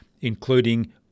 including